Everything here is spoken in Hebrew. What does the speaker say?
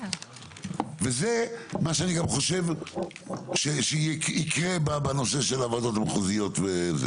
וזה מה שאני גם חושב שיקרה בנושא של הוועדות המחוזיות.